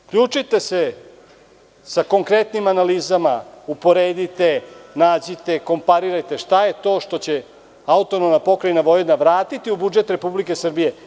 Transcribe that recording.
Uključite se sa konkretnim analizama, uporedite, nađite, komparirajte šta je to što će AP Vojvodina vratiti u budžet Republike Srbije.